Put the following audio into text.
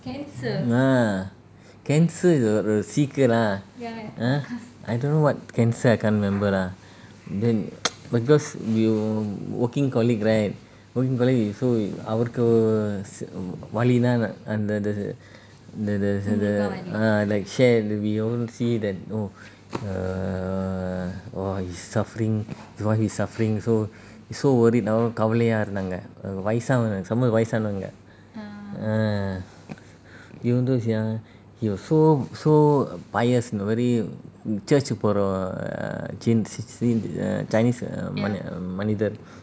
ah cancer is the the ஒரு சீக்கு lah !huh! I don't know what cancer I can't remember lah then because you working colleague right working colleague so அவருக்கு வலிலாம் இல்ல:avaruku valilam illa the the the the the the the ah like share we all see that oh err wife is suffering wife is suffering so so worried now கவலையா இருந்தாங்க வயசு செம வயசானவங்க:kavalaiya irunthaanga sema vayasavanga ah even though sia he was so so err chinese err மனிதர்:manithar